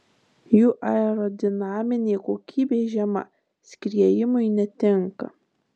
jų aerodinaminė kokybė žema skriejimui netinka